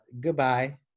goodbye